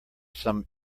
some